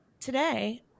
today